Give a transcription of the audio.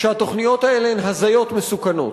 שהתוכניות האלה הן הזיות מסוכנות,